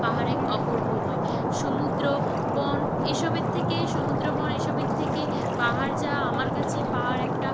পাহাড় এক অপূর্বময় সমুদ্র বন এসবের থেকে সমুদ্র বন এই সবের থেকে পাহাড় যাওয়া আমার কাছে পাহাড় একটা